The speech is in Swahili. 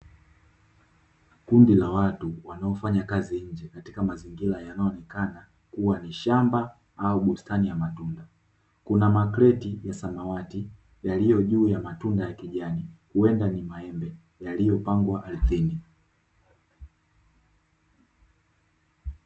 Kundi la watu wanaofanya kazi nje katika mazingira yanayonekana kuwa ni shamba au bustani ya matunda, kuna makreti ya samawati yaliyo juu ya matunda ya kijani, huenda ni maembe yaliyopangwa ardhini.